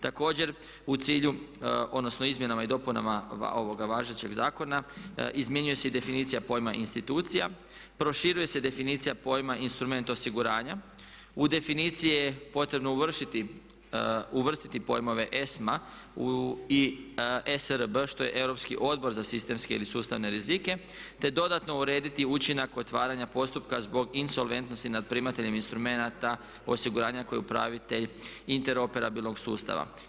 Također u cilju odnosno izmjenama i dopunama ovoga važećeg zakona izmjenjuje se i definicija pojma institucija, proširuje se definicija pojma instrument osiguranja, u definicije je potrebno uvrstiti ESMA i ESRB što je Europski odbor za sistemske ili sustavne rizike te dodatno urediti učinak otvaranja postupka zbog insolventnosti nad primateljem instrumenata osiguranja koje je upravitelj Inter operabilnog sustava.